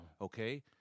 Okay